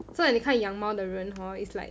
so any 你看养猫的人 hor is like